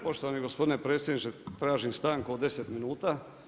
Poštovani gospodine predsjedniče, tražim stanku od 10 minuta.